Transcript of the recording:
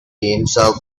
himself